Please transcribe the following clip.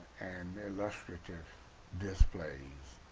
and illustrative displays.